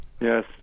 Yes